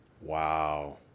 Wow